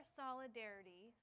solidarity